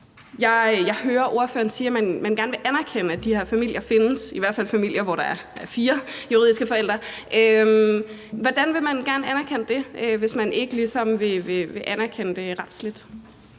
Jeg hører ordføreren sige, at man gerne vil anerkende, at de her familier findes – i hvert fald familier, hvor der er fire juridiske forældre. Hvordan vil man gerne anerkende det, hvis man ikke ligesom vil anerkende det retsligt?